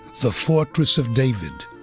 the fortress of david,